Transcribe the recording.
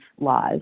laws